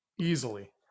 easily